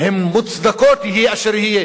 הן מוצדקות יהיה אשר יהיה,